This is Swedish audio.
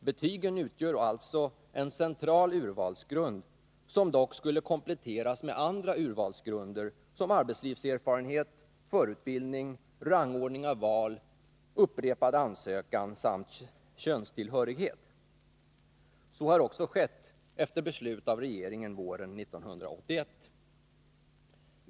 Betygen utgör alltså en central urvalsgrund som dock skulle kompletteras med andra urvalsgrunder som arbetslivserfarenhet, förutbildning, rangordning av val, upprepad ansökan samt könstillhörighet. Så har också skett, efter beslut av regeringen våren 1981.